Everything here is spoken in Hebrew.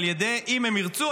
אם הם ירצו,